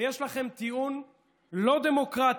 ויש לכם טיעון לא דמוקרטי: